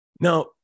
Now